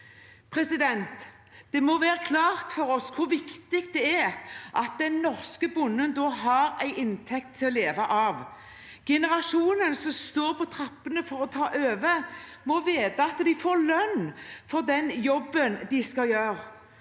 av det. Det må stå klart for oss hvor viktig det er at den norske bonden da har en inntekt å leve av. Generasjonen som er på trappene til å ta over, må vite at de får lønn for den jobben de skal gjøre.